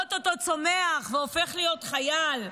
לראות אותו צומח והופך להיות חייל.